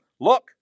look